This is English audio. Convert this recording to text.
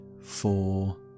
four